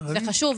זה חשוב.